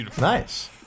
Nice